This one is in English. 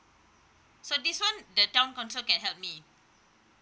so this one the town council can help me